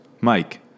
Mike